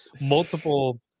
multiple